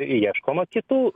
ir ieškoma kitų